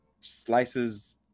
slices